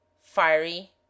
fiery